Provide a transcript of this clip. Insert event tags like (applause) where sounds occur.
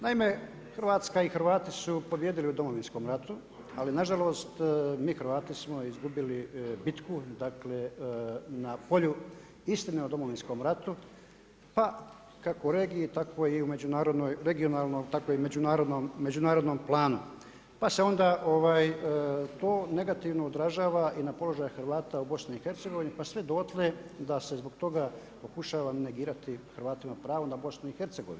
Naime, Hrvatska i Hrvati su pobijedili u Domovinskom ratu ali nažalost mi Hrvati smo izgubili bitku, dakle na polju istine o Domovinskom ratu pa kako u regiji, tako i, regionalno tako i u međunarodnom … (unintelligible) Pa se onda to negativno odražava i na položaj Hrvata u BiH-a pa sve dotle da se zbog toga pokušava negirati Hrvatima pravo na BiH.